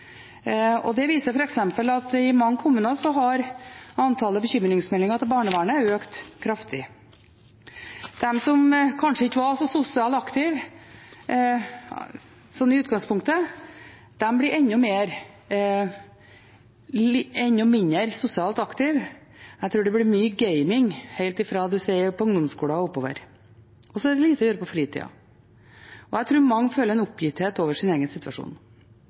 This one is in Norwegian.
Det viser f.eks. at i mange kommuner har antallet bekymringsmeldinger til barnevernet økt kraftig. De som kanskje ikke var så sosialt aktive i utgangspunktet, blir enda mindre sosialt aktive. Jeg tror det blir mye gaming helt fra ungdomsskolen og oppover, og så er det lite å gjøre på fritida. Jeg tror mange føler en oppgitthet over sin egen situasjon.